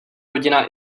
rodina